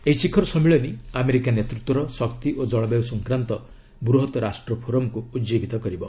ଏହି ଶିଖର ସମ୍ମିଳନୀ ଆମେରିକା ନେତୃତ୍ୱର ଶକ୍ତି ଓ ଜଳବାୟୁ ସଂକ୍ରାନ୍ତ ବୃହତ ରାଷ୍ଟ୍ର ଫୋରମ୍କୁ ଉଜ୍ଜିବିତ କରିବ